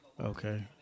Okay